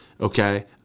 okay